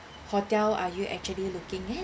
hotel are you actually looking at